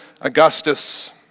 Augustus